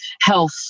health